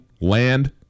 land